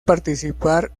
participar